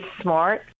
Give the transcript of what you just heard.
smart